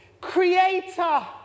creator